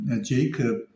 Jacob